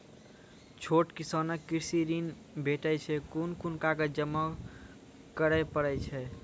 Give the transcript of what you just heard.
छोट किसानक कृषि ॠण भेटै छै? कून कून कागज जमा करे पड़े छै?